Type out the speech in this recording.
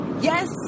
Yes